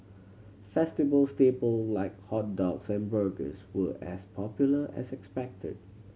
festival staple like hot dogs and burgers were as popular as expected